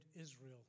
Israel